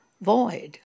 void